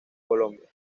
colombia